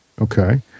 Okay